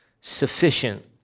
sufficient